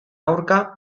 aurka